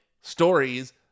stories